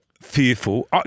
fearful